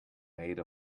made